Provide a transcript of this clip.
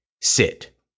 sit